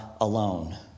alone